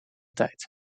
tijd